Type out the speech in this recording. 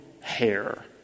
hair